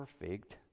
perfect